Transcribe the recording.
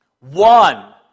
One